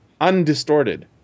Undistorted